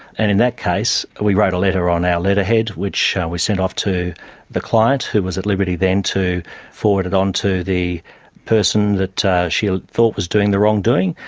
and in that case we wrote a letter on our letterhead which we sent off to the client, who was at liberty then to forward it on to the person that she ah thought was doing the wrongdoing,